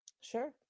Sure